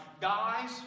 guys